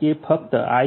એ ફક્ત આઇ